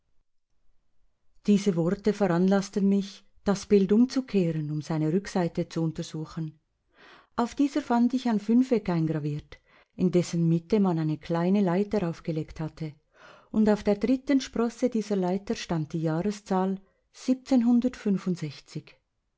diese worte veranlaßten mich das bild umzukehren um seine rückseite zu untersuchen auf dieser fand ich ein fünfeck eingraviert in dessen mitte man eine kleine leiter aufgelegt hatte und auf der dritten sprosse dieser leiter stand die jahreszahl